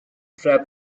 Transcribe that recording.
trap